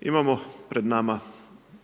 Imamo pred nama